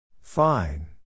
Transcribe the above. Fine